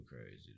crazy